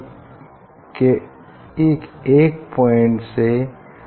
अगर और बाहर की ओर आएं कि फिर पाथ डिफरेंस डार्क की कन्डीशन सैटिस्फाई करे तो हमें डार्क फ्रिंज मिलेगी